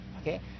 Okay